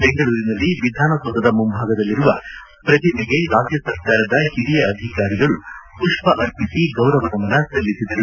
ಬೆಂಗಳೂರಿನಲ್ಲಿ ವಿಧಾನ ಸೌಧದ ಮುಂಬಾಗದಲ್ಲಿರುವ ಪ್ರತಿಮೆಗೆ ರಾಜ್ಯ ಸರ್ಕಾರದ ಹಿರಿಯ ಅಧಿಕಾರಿಗಳು ಪುಷ್ವ ಅರ್ಪಿಸಿ ಗೌರವ ನಮನ ಸಲ್ಲಿಸಿದರು